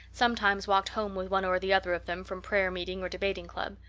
sometimes walked home with one or the other of them from prayer meeting or debating club.